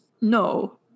no